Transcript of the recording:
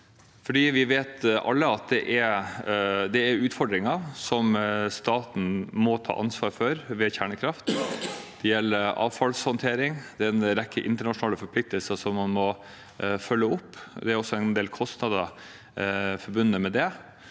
Vi vet alle at det er utfordringer som staten må ta ansvar for ved kjernekraft. Det gjelder avfallshåndtering. Det er en rekke internasjonale forpliktelser som man må følge opp. Det er også en del kostnader forbundet med det,